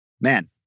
Man